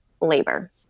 labor